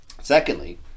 Secondly